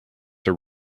are